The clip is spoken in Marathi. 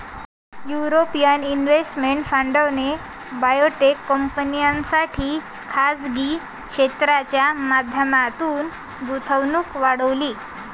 युरोपियन इन्व्हेस्टमेंट फंडाने बायोटेक कंपन्यांसाठी खासगी क्षेत्राच्या माध्यमातून गुंतवणूक वाढवली